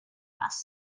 must